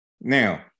Now